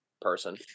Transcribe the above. person